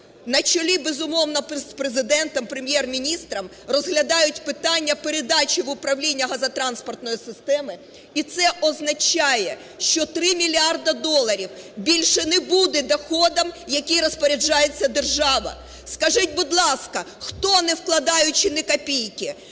на чолі, безумовно, з Президентом, Прем'єр-міністром розглядають питання передачі в управління газотранспортної системи. І це означає, що 3 мільярди доларів більше не буде доходом, яким розпоряджається держава. Скажіть, будь ласка, хто, не вкладаючи ні копійки,